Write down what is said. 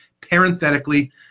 parenthetically